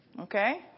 Okay